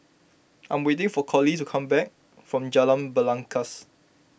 I'm waiting for Colie to come back from Jalan Belangkas